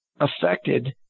affected